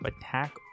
attack